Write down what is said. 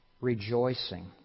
rejoicing